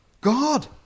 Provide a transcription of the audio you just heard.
God